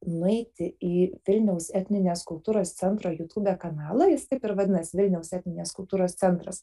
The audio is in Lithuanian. nueiti į vilniaus etninės kultūros centro jutube kanalą jis taip ir vadinasi vilniaus etninės kultūros centras